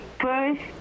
first